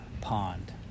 pond